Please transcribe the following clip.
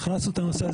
הכנסנו את הנושא.